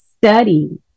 study